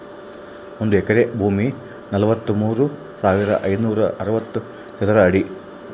ಒಂದು ಎಕರೆ ಭೂಮಿ ನಲವತ್ಮೂರು ಸಾವಿರದ ಐನೂರ ಅರವತ್ತು ಚದರ ಅಡಿ